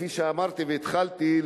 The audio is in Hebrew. כפי שאמרתי והתחלתי,